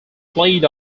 played